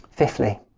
Fifthly